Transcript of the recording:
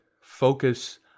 focus